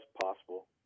possible